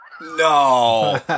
no